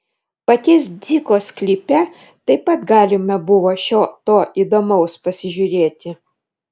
paties dziko sklype taip pat galima buvo šio to įdomaus pasižiūrėti